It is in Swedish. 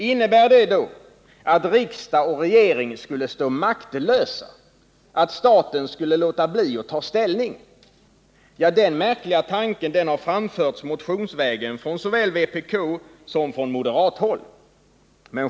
Innebär det att riksdag och regering skulle stå maktlösa, att'staten skulle låta bli att ta ställning? Ja, den märkliga tanken har framförts motionsvägen såväl från vpk som från moderathåll.